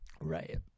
Right